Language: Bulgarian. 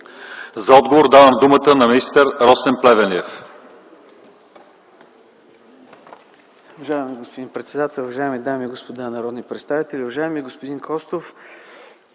За отговор давам думата на министър Росен Плевнелиев.